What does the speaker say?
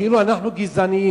כאילו אנחנו גזענים,